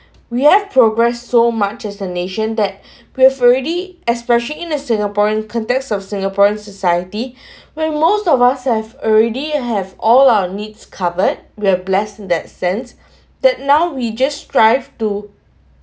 we have progressed so much as the nation that we have already especially in a singaporean context of singaporean society where most of us have already have all our needs covered we're blessed in that sense that now we just drive to